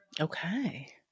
Okay